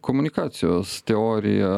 komunikacijos teorija